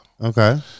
Okay